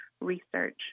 research